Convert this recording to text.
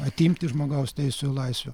atimti žmogaus teisių laisvių